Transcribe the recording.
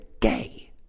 gay